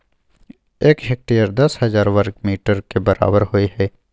एक हेक्टेयर दस हजार वर्ग मीटर के बराबर होय हय